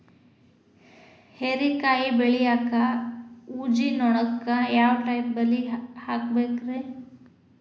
ಹೇರಿಕಾಯಿ ಬೆಳಿಯಾಗ ಊಜಿ ನೋಣಕ್ಕ ಯಾವ ಟೈಪ್ ಬಲಿ ಹಾಕಬೇಕ್ರಿ?